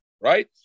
right